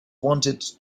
wanted